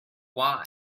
why